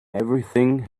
everything